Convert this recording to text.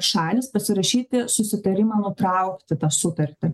šalys pasirašyti susitarimą nutraukti tą sutartį